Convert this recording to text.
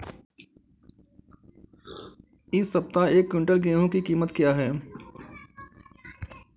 इस सप्ताह एक क्विंटल गेहूँ की कीमत क्या है?